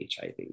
HIV